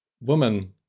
woman